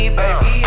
baby